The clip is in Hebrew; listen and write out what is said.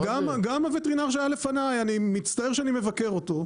גם הווטרינר שהיה לפני, אני מצטער שאני מבקר אותו,